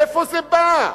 מאיפה זה בא?